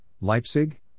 Leipzig